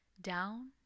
Down